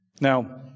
Now